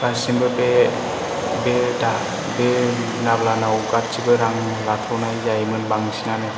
दासिमबो बे बे नाब्लानाव गासैबो रां लाथ'नाय जायोमोन बांसिनानो